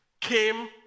came